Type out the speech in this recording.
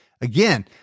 Again